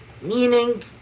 meaning